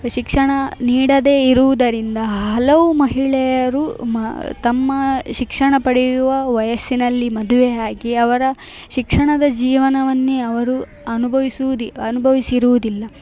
ಶಿಕ್ಷಣ ನೀಡದೇ ಇರುವುದರಿಂದ ಹಲವು ಮಹಿಳೆಯರು ಮ ತಮ್ಮ ಶಿಕ್ಷಣ ಪಡೆಯುವ ವಯಸ್ಸಿನಲ್ಲಿ ಮದುವೆಯಾಗಿ ಅವರ ಶಿಕ್ಷಣದ ಜೀವನವನ್ನೇ ಅವರು ಅನುಭವಿಸುದಿ ಅನುಭವಿಸಿರುವುದಿಲ್ಲ